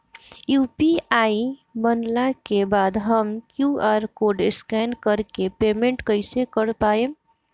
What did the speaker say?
UPI बनला के बाद हम क्यू.आर कोड स्कैन कर के पेमेंट कइसे कर पाएम?